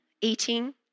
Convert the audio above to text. eating